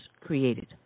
created